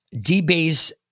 debase